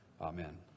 Amen